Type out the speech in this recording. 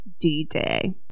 D-Day